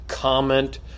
Comment